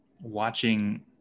watching